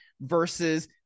versus